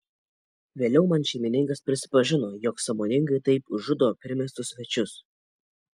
vėliau man šeimininkas prisipažino jog sąmoningai taip žudo primestus svečius